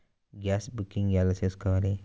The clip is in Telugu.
గ్యాస్ బుకింగ్ ఎలా చేసుకోవాలి?